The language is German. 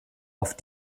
auf